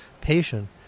patient